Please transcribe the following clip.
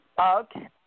Okay